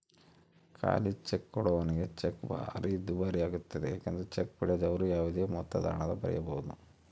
ಖಾಲಿಚೆಕ್ ಕೊಡುವವನಿಗೆ ಚೆಕ್ ಭಾರಿ ದುಬಾರಿಯಾಗ್ತತೆ ಏಕೆಂದರೆ ಚೆಕ್ ಪಡೆದವರು ಯಾವುದೇ ಮೊತ್ತದಹಣ ಬರೆಯಬೊದು